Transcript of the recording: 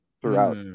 throughout